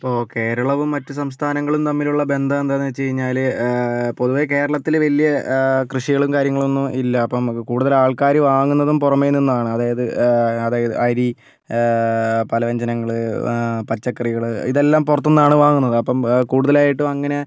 ഇപ്പോൾ കേരളവും മറ്റു സംസ്ഥാനങ്ങളും തമ്മിലുള്ള ബന്ധം എന്താണെന്ന് വെച്ച് കഴിഞ്ഞാൽ പൊതുവേ കേരളത്തിൽ വലിയ കൃഷികളും കാര്യങ്ങളൊന്നുമില്ല അപ്പോൾ കൂടുതൽ ആൾക്കാർ വാങ്ങുന്നതും പുറമേ നിന്നാണ് അതായത് അരി പലവ്യഞ്ജനങ്ങൾ പച്ചക്കറികൾ ഇതെല്ലാം പുറത്തു നിന്നാണ് വാങ്ങുന്നത് അപ്പോൾ കൂടുതലായിട്ടും അങ്ങനെ